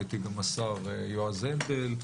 הייתי עם השר יועז הנדל.